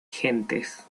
gentes